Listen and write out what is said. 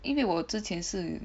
因为我之前是